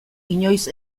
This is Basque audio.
inoiz